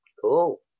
Cool